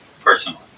personally